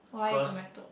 white tomato